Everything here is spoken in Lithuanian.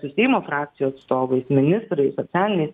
su seimo frakcijų atstovais ministrais socialiniais